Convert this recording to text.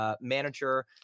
manager